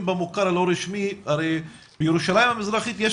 פלסטינים במערכת החינוך בירושלים המזרחית,